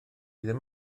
ddim